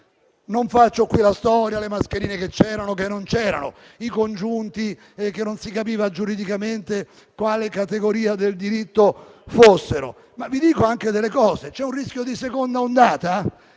Non ripercorro qui la storia: mascherine che c'erano o che non c'erano, i congiunti, che non si capiva giuridicamente quale categoria del diritto fossero. Vi dirò di più: c'è un rischio di seconda ondata?